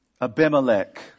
Abimelech